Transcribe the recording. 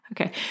okay